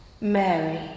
Mary